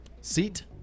Seat